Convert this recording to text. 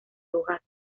hojas